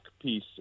piece